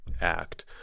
Act